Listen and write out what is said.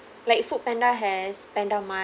like Foodpanda has pandamart